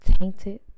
tainted